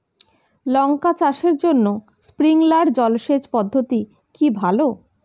লঙ্কা চাষের জন্য স্প্রিংলার জল সেচ পদ্ধতি কি ভালো?